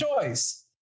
choice